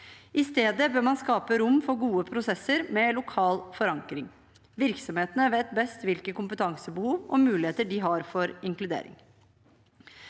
I stedet bør man skape rom for gode prosesser med lokal forankring. Virksomhetene vet best hvilke kompetansebehov og muligheter de har for inkludering.